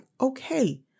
Okay